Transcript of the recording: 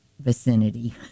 vicinity